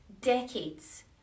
decades